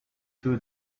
two